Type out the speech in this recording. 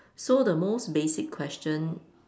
so the most basic question